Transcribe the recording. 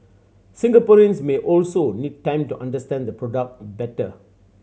Singaporeans may also need time to understand the product better